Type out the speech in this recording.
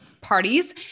parties